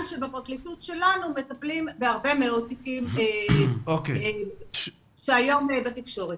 שבפרקליטות שלנו מטפלים בהרבה מאוד תיקים שהיום בתקשורת.